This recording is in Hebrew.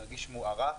ירגיש מוערך,